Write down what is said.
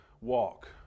walk